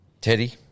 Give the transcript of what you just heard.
Teddy